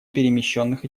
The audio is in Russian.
перемещенных